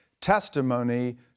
testimony